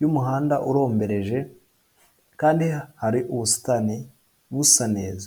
y'umuhanda urombereje kandi hari ubusitani busa neza.